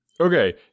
Okay